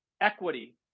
equity